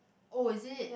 oh is it